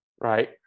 right